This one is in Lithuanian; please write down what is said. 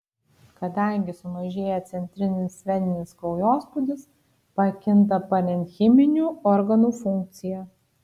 kadangi sumažėja centrinis veninis kraujospūdis pakinta parenchiminių organų funkcija